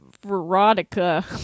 Veronica